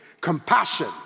compassion